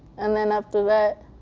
and then after that,